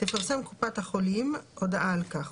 תפרסם קופת החולים הודעה על כך.